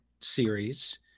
series